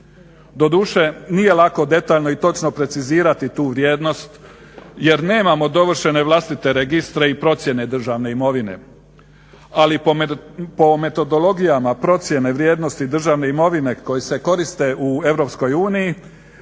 Doduše nije lako detaljno i točno precizirati tu vrijednost jer nemamo dovršene vlastite registre i procjene državne imovine, ali po metodologijama procjene vrijednosti državne imovine koji se koriste u EU